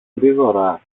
γρήγορα